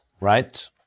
right